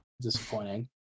disappointing